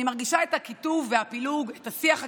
אני מרגישה את הקיטוב והפילוג ואת השיח הקיצוני: